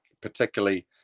particularly